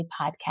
podcast